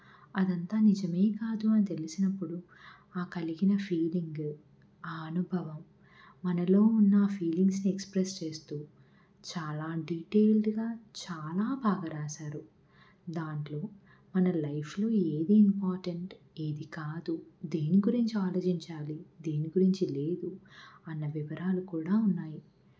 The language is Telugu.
అది అంతా నిజమే కాదు అని తెలిసినప్పుడు ఆ కలిగిన ఫీలింగు ఆ అనుభవం మనలో ఉన్న ఆ ఫీలింగ్స్ని ఎక్స్ప్రెస్ చేస్తూ చాలా డీటెయిల్డ్గా చాలా బాగా వ్రాసారు దాంట్లో మన లైఫ్లో ఏది ఇంపార్టెంట్ ఏది కాదు దేని గురించి ఆలోచించాలి దేని గురించి లేదు అన్న వివరాలు కూడా ఉన్నాయి